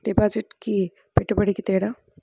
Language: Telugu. డిపాజిట్కి పెట్టుబడికి తేడా?